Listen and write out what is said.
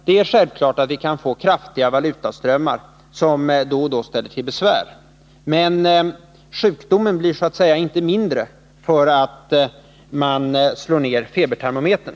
Det är självklart att vi kan få kraftiga valutaströmmar som då och då ställer till besvär, men sjukdomen botas så att säga inte för att man slår sönder febertermometern.